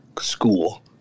school